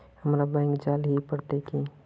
हमरा बैंक जाल ही पड़ते की?